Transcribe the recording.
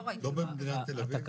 לא במדינת תל אביב.